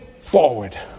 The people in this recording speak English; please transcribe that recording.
forward